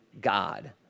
God